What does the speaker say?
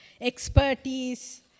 expertise